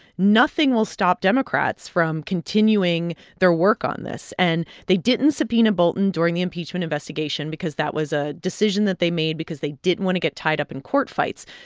nothing will stop democrats from continuing their work on this. and they didn't subpoena bolton during the impeachment investigation because that was a decision that they made because they didn't want to get tied up in court fights.